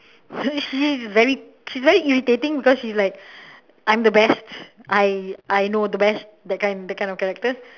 so she's very she's very irritating because she is like I am the best I I know the best that kind that kind of character